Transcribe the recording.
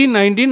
19